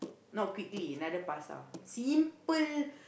not quickly another pasar simple